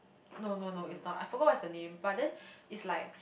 no no no it's not I forgot what is the name but then is like